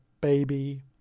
Baby